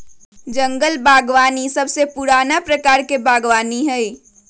जंगल बागवानी सबसे पुराना प्रकार के बागवानी हई